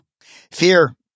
Fear